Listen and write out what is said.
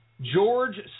George